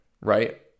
right